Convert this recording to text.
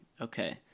okay